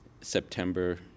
September